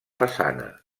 façana